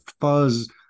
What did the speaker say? fuzz